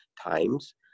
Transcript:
times